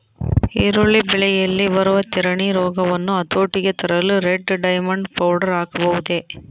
ಈರುಳ್ಳಿ ಬೆಳೆಯಲ್ಲಿ ಬರುವ ತಿರಣಿ ರೋಗವನ್ನು ಹತೋಟಿಗೆ ತರಲು ರೆಡ್ ಡೈಮಂಡ್ ಪೌಡರ್ ಹಾಕಬಹುದೇ?